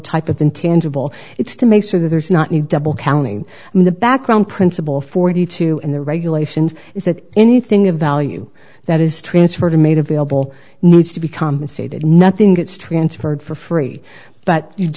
type of intangible it's to make sure that there's not a double counting in the background principle forty two in the regulations is that anything of value that is transferred in made available needs to be compensated nothing gets transferred for free but you do